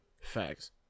Facts